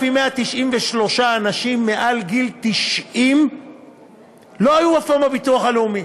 4,193 אנשים מעל גיל 90 לא היו אף פעם בביטוח הלאומי.